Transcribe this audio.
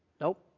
Nope